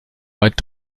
weit